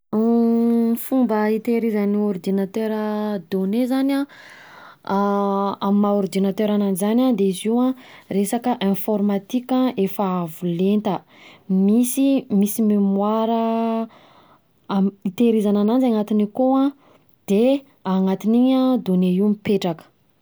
Fomba hiterihirizan'ny ordinateur donné zany an, amin'ny maha ordinateur ananjy zany an, de izy io an resaka informatique efa avo lenta, Misy misy mémoire am- hitehirizana ananjy anatiny akao an, de anatin'iny an donné io mipetraka.